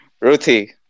Ruthie